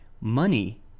money